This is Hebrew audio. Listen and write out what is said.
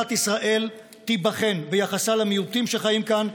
מדינת ישראל תיבחן ביחסה למיעוטים שחיים כאן,